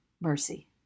mercy